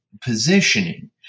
positioning